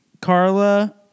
Carla